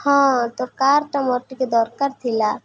ହଁ ତୋ କାର୍ଟା ମୋର ଟିକେ ଦରକାର ଥିଲା